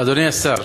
אדוני השר,